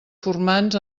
formants